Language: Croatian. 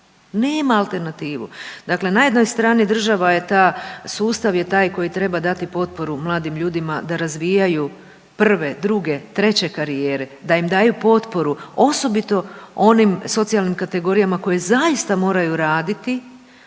Nema alternativu. Dakle na jednoj strani država je ta, sustav je taj koji treba dati potporu mladim ljudima da razvijaju prve, druge, treće karijere, da im daju potporu, osobito onim socijalnim kategorijama koje zaista moraju raditi